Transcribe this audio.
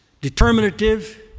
determinative